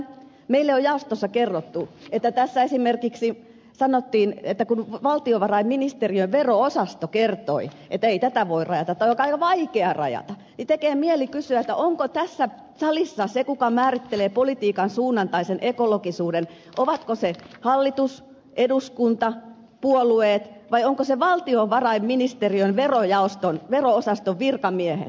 meille on jaostossa kerrottu että tässä esimerkiksi sanottiin että kun valtiovarainministeriön vero osasto kertoi että ei tätä voi rajata tai on vaikea rajata niin tekee mieli kysyä onko tässä salissa se kuka määrittelee politiikan suunnan tai sen ekologisuuden onko se hallitus eduskunta puolueet vai onko se valtiovarainministeriön vero osaston virkamiehet